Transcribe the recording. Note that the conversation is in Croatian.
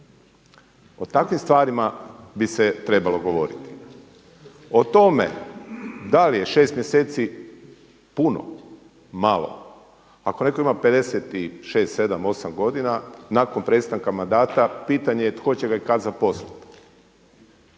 O takvim stvarima bi se trebalo govoriti. O tome da li je 6 mjeseci puno, malo, ako netko ima 56, 57, 58 godina, nakon prestanka mandata pitanje je tko će ga i kada zaposliti.